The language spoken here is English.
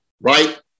right